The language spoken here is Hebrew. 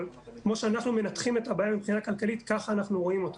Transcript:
אבל כמו שאנחנו מנתחים את הבעיה מבחינה כלכלית ככה אנחנו רואים אותה.